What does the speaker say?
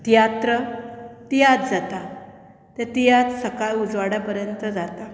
तियात्र तियात्र जाता ते तियात्र सकाळ उजवाडा पर्यंत जाता